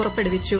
പുറപ്പെടുവിച്ചു